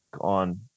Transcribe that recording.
on